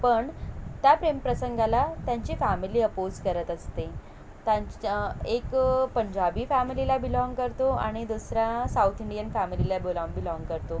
पण त्या प्रेमप्रसंगाला त्यांची फॅमिली अपोज करत असते त्यांच्या एक पंजाबी फॅमिलीला बिलॉन्ग करतो आणि दुसरा साऊथ इंडियन फॅमिलीला बिलॉ बिलॉन्ग करतो